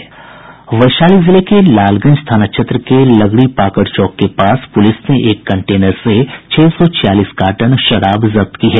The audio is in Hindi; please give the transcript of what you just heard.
वैशाली जिले के लालगंज थाना क्षेत्र के लगड़ी पाकड़ चौक के पास पुलिस ने एक कंटेनर से छह सौ छियालीस कार्टन शराब जब्त की है